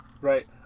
Right